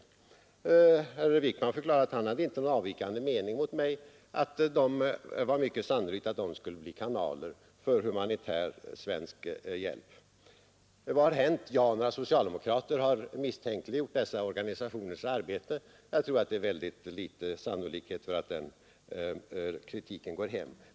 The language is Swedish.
Herr Wickman delade min mening att det var mycket sannolikt att de skulle bli kanaler för humanitär svensk hjälp. Vad har hänt? Jo, några socialdemokrater har misstänkliggjort dessa organisationers arbete. Jag tror att det är mycket liten sannolikhet för att denna kritik går hem.